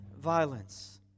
violence